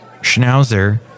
Schnauzer